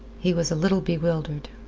he was a little bewildered.